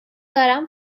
دارم